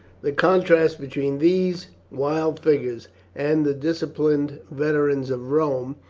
the contrast between these wild figures and the disciplined veterans of rome,